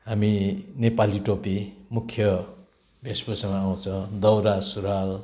हामी नेपाली टोपी मुख्य वेशभूषामा आउँछ दौरा सुरुवाल